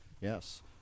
Yes